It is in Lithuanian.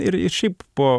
ir ir šiaip po